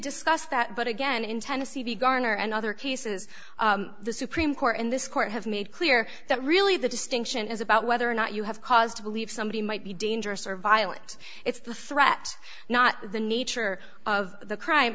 discuss that but again in tennessee v garner and other cases the supreme court in this court have made clear that really the distinction is about whether or not you have cause to believe somebody might be dangerous or violent it's the threat not the nature of the crime